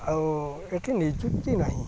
ଆଉ ଏଇଠି ନିଯୁକ୍ତି ନାହିଁ